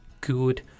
good